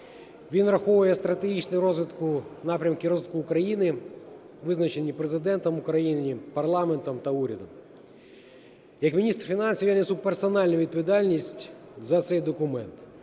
Він враховує стратегічні напрямки розвитку України, визначені Президентом України, парламентом та урядом. Як міністр фінансів я несу персональну відповідальність за цей документ.